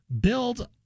build